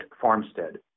Farmstead